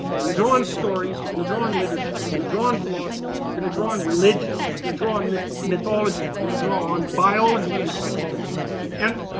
we're gonna draw on stories. we're gonna draw on literature. we're gonna draw on philosophy. we're gonna draw on religion. we're gonna draw on mythology. we're gonna draw on biology and biology and